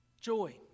Joy